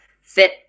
fit